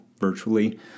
virtually